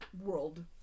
world